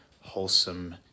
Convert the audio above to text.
wholesome